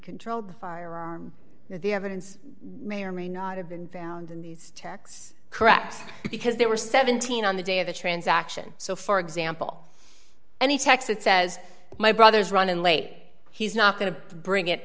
controlled the firearm that the evidence may or may not have been found in these texts correct because they were seventeen on the day of the transaction so for example any text that says my brother's running late he's not going to bring it